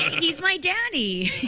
he's my daddy.